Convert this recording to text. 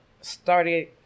started